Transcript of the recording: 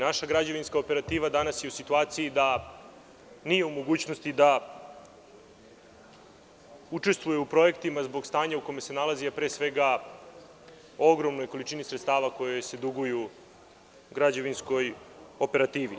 Naša građevinska operativa danas je u situaciji da nije u mogućnosti da učestvuje u projektima zbog stanja u kome se nalazi, a pre svega ogromnoj količini sredstava koja se duguju građevinskoj operativi.